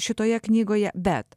šitoje knygoje bet